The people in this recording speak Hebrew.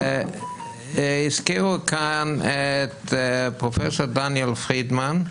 הזכירו כאן את פרופ' דניאל פרידמן,